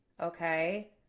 okay